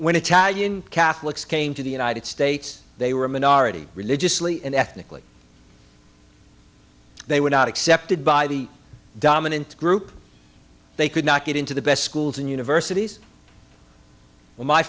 when italian catholics came to the united states they were minority religiously and ethnically they were not accepted by the dominant group they could not get into the best schools and universities when my